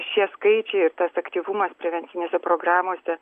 šie skaičiai ir tas aktyvumas prevencinėse programose